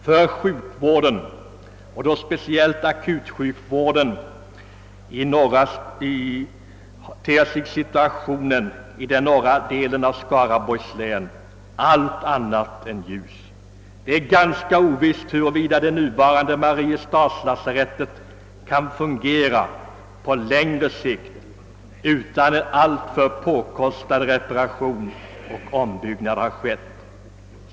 För sjukvården, och då speciellt akutsjukvården, ter sig situationen i den norra delen av Skaraborgs län allt annat än ljus. Det är ganska ovisst, om det nuvarande Mariestadslasarettet kan fungera någon längre tid utan en alltför påkostad reparation och ombyggnad.